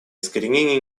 искоренение